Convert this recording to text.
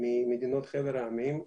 ממדינות חבר העמים,